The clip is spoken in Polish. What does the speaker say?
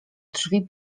drzwi